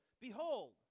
behold